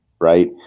right